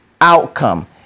outcome